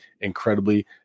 incredibly